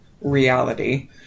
reality